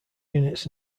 units